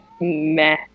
Meh